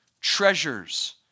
treasures